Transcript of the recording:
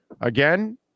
Again